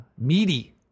Meaty